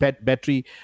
battery